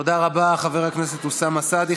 תודה רבה, חבר הכנסת אוסאמה סעדי.